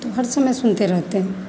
तो हर समय सुनते रहते हैं